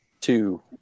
two